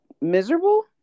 miserable